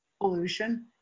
pollution